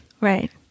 right